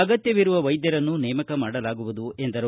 ಅಗತ್ತವಿರುವ ವೈದ್ಯರನ್ನು ನೇಮಕ ಮಾಡಲಾಗುವುದು ಎಂದರು